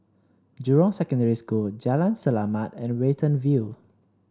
Jurong Secondary School Jalan Selamat and Watten View